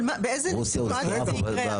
אבל באיזה סיטואציה זה יקרה?